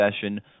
session